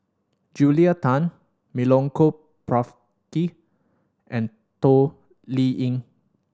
Julia Tan Milenko Prvacki and Toh Liying